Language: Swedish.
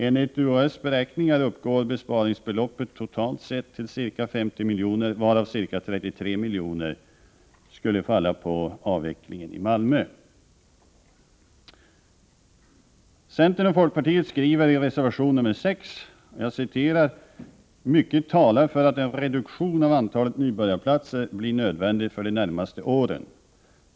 Enligt UHÄ:s beräkningar uppgår besparingsbeloppet totalt sett till ca 50 miljoner, varav ca 33 miljoner skulle falla på avvecklingen i Malmö. ”Mycket talar för att en reduktion av antalet nybörjarplatser blir nödvändig för de närmaste åren.